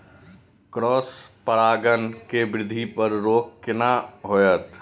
Cross परागण के वृद्धि पर रोक केना होयत?